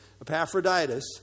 Epaphroditus